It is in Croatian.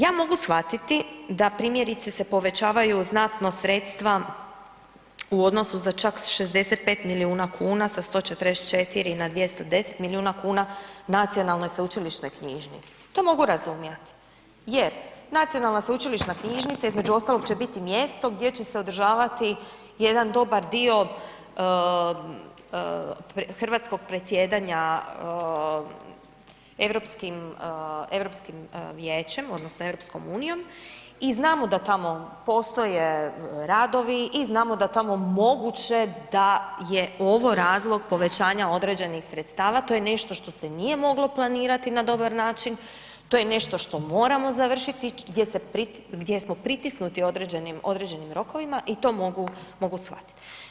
Ja mogu shvatiti da primjerice se povećavaju znatno sredstva u odnosu za čak 65 milijuna kuna, sa 144 na 210 milijuna kuna nacionalnoj i sveučilišnoj knjižnici, to mogu razumjet jer nacionalna sveučilišna knjižnica između ostalog će biti mjesto gdje će se održavati jedan dobar dio hrvatskog predsjedanja europskim, Europskim Vijećem odnosno EU i znamo da tamo postoje radovi i znamo da tamo moguće da je ovo razlog povećanja određenih sredstava, to je nešto što se nije moglo planirati na dobar način, to je nešto što moramo završiti, gdje smo pritisnuti određenim, određenim rokovima i to mogu, mogu shvatit.